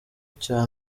cya